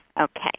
Okay